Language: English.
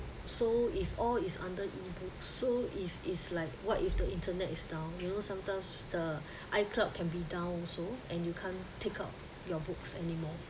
so if all is under input so is is like what if the internet is down you know sometimes the icloud can be down also and you can't take out your books anymore